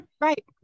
right